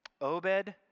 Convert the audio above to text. Obed